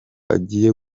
agiye